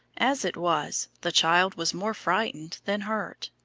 as it was, the child was more frightened than hurt,